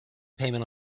payment